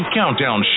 Countdown